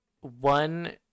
one